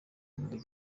muri